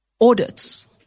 audits